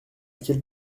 quelle